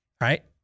right